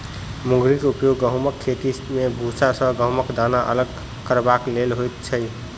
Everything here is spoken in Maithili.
मुंगरीक उपयोग गहुमक खेती मे भूसा सॅ गहुमक दाना अलग करबाक लेल होइत छै